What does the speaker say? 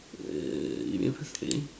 you mean facility